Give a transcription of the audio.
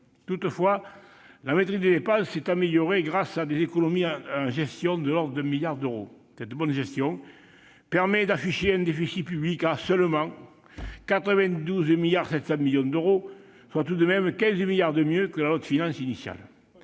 Toutefois, la maîtrise des dépenses s'est améliorée grâce à des économies en gestion de l'ordre de 1 milliard d'euros. Cette bonne gestion permet d'afficher un déficit public à « seulement » 92,7 milliards d'euros, soit tout de même 15 milliards de mieux que la loi de finances initiale